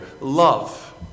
love